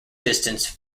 distance